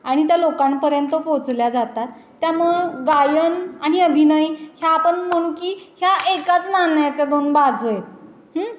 आणि त्या लोकांपर्यंत पोचल्या जातात त्यामुळं गायन आणि अभिनय ह्या आपण म्हणू की ह्या एकाच नाण्याच्या दोन बाजू आहेत